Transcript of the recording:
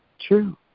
true